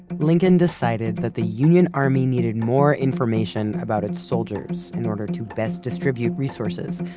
lincoln decided that the union army needed more information about its soldiers in order to best distribute resources,